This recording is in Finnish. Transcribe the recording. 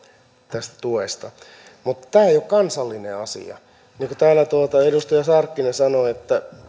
tästä tuesta mutta tämä ei ole kansallinen asia niin kuin täällä edustaja sarkkinen sanoi